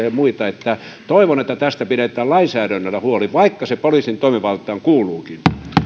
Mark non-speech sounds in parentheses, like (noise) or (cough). (unintelligible) ja muita toivon että tästä pidetään lainsäädännöllä huoli vaikka se poliisin toimivaltaan kuuluukin